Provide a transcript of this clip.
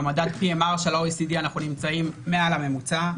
ובמדד PMR של ה-OECD אנחנו נמצאים מעל הממוצע.